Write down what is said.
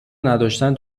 نداشتن